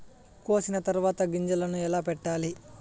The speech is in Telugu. కోసిన తర్వాత గింజలను ఎలా పెట్టాలి